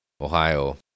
Ohio